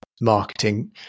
marketing